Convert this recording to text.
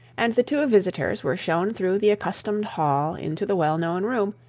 and the two visitors were shown through the accustomed hall into the well-known room,